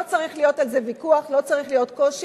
לא צריך להיות על זה ויכוח, לא צריך להיות קושי.